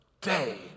day